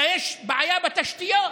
אלא יש בעיה בתשתיות